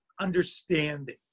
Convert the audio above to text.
understanding